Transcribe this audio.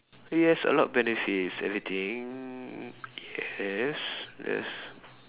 yes a lot benefits everything yes yes